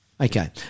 Okay